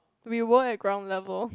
we were at ground level